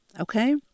okay